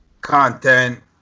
content